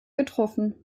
getroffen